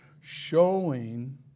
Showing